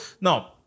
now